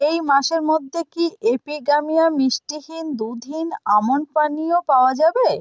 এই মাসের মধ্যে কি এপিগামিয়া মিষ্টিহীন দুধহীন আমন্ড পানীয় পাওয়া যাবে